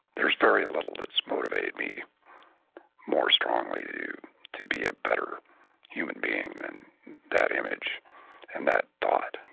there's very little that's motivated me more strongly to to be a better human being than that image and that thought.